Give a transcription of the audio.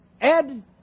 Ed